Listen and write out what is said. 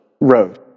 road